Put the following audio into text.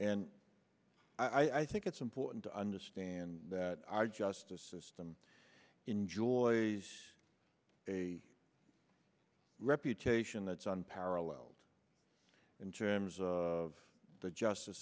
and i think it's important to understand that our justice system enjoys a reputation that's unparalleled in terms of the justice